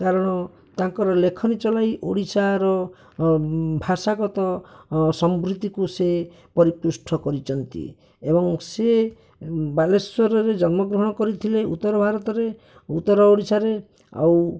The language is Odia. କାରଣ ତାଙ୍କର ଲେଖନୀ ଚଲାଇ ଓଡ଼ିଶାର ଭାଷାଗତ ସମୃଦ୍ଧିକୁ ସେ ପରିପୃଷ୍ଠ କରିଛନ୍ତି ଏବଂ ସିଏ ବାଲେଶ୍ଵରରେ ଜନ୍ମଗ୍ରହଣ କରିଥିଲେ ଉତ୍ତର ଭାରତରେ ଉତ୍ତର ଓଡ଼ିଶାରେ ଆଉ